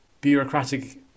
bureaucratic